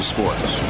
Sports